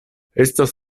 estas